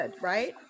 right